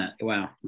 wow